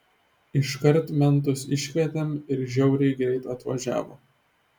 iškart mentus iškvietėm ir žiauriai greit atvažiavo